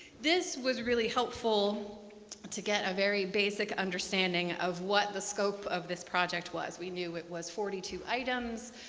this was really helpful to get a very basic understanding of what the scope of this project was. we knew it was forty two items,